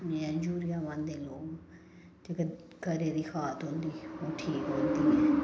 जियां यूरिया पांदे लोक जेकर घरै दी खाद होंदी ओह् ठीक होंदी